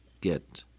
get